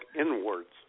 inwards